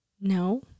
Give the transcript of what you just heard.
No